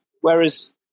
Whereas